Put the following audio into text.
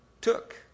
took